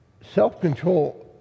self-control